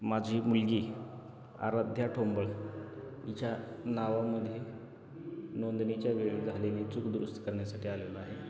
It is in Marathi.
माझी मुलगी आराध्या ठोंबळ हीच्या नावामध्ये नोंदणीच्या वेळी झालेली चूक दुरुस्त करण्यासाठी आलेला आहे